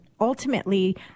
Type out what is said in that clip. ultimately